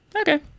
okay